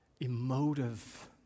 emotive